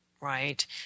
right